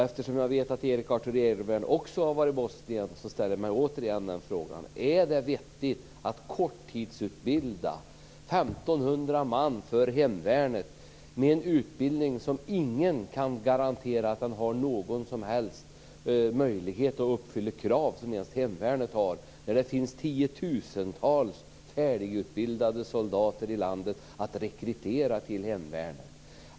Eftersom jag vet att Erik Arthur Egervärn också har varit i Bosnien ställer jag frågan: Är det vettigt att korttidsutbilda 1 500 man för hemvärnet med en utbildning som ingen kan garantera har någon som helst möjlighet att uppfylla ens de krav som hemvärnet har, när det finns tiotusentals färdigutbildade soldater i landet att rekrytera till hemvärnet?